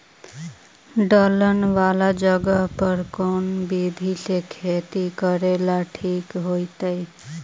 ढलान वाला जगह पर कौन विधी से खेती करेला ठिक होतइ?